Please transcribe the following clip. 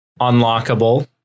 unlockable